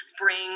bring